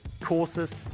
courses